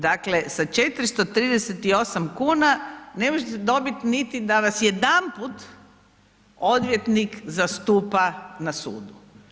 Dakle, sa 438 kuna ne možete dobiti niti da vas jedanput odvjetnik zastupa na sudu.